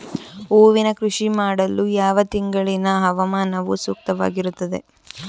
ಹೂವಿನ ಕೃಷಿ ಮಾಡಲು ಯಾವ ತಿಂಗಳಿನ ಹವಾಮಾನವು ಸೂಕ್ತವಾಗಿರುತ್ತದೆ?